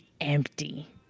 empty